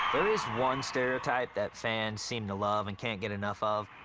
there is one stereotype that fans seem to love and can't get enough of.